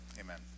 Amen